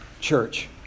church